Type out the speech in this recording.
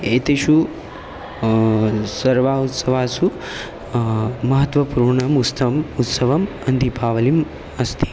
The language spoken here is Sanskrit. एतेषु सर्वा उत्सवेषु महत्त्वपूर्णम् उस्तम् उत्सवः दीपावलिः अस्ति